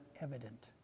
evident